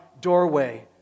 doorway